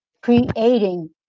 creating